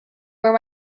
where